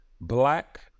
Black